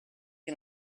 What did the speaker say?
che